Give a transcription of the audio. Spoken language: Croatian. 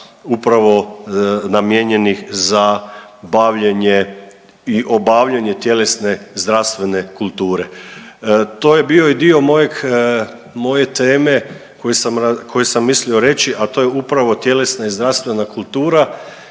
upravo namijenjenih za bavljenje i obavljanje tjelesne zdravstvene kulture. To je bio i dio moje teme koju sam mislio reći, a to je upravo tjelesna i zdravstvena kultura